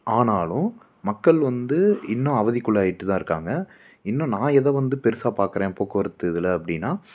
ஆனாலும் மக்கள் வந்து இன்னும் அவதிக்கு உள்ளாகிட்டு தான் இருக்காங்க இன்னும் நான் எதை வந்து பெருசாக பார்க்குறேன் போக்குவரத்து இதில் அப்படின்னா